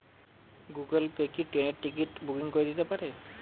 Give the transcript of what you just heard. Google Pay কি ট্রেনের ticket booking করে দিতে পারে?